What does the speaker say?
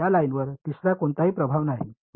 या लाईनवर तिसर्याचा कोणताही प्रभाव नाही